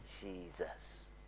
Jesus